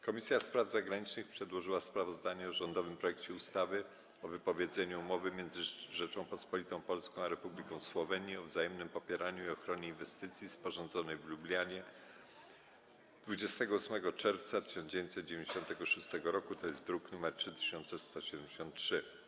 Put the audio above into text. Komisja Spraw Zagranicznych przedłożyła sprawozdanie o rządowym projekcie ustawy o wypowiedzeniu Umowy między Rzecząpospolitą Polską a Republiką Słowenii o wzajemnym popieraniu i ochronie inwestycji, sporządzonej w Lublanie dnia 28 czerwca 1996 r., druk nr 3173.